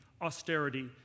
austerity